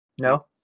No